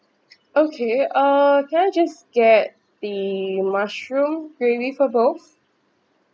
okay uh can I just get the mushroom gravy for both